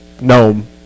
gnome